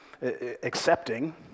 accepting